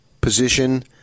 position